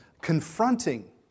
confronting